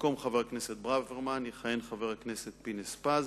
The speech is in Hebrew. במקום חבר הכנסת אבישי ברוורמן יכהן חבר הכנסת אופיר פינס-פז.